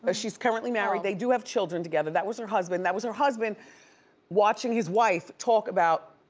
ah she's currently married, they do have children together. that was her husband, that was her husband watching his wife talk about